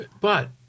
But-